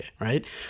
Right